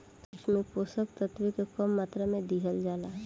सूक्ष्म पोषक तत्व के कम मात्रा में दिहल जाला